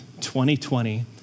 2020